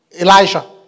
Elijah